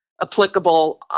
applicable